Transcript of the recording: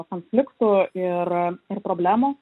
konfliktų ir problemų